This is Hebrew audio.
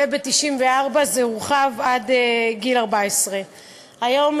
וב-1994 זה הורחב עד גיל 14. היום,